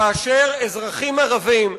כאשר אזרחים ערבים,